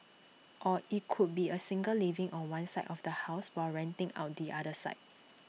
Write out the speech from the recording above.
or IT could be A single living on one side of the house while renting out the other side